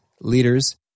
leaders